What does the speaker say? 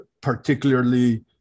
particularly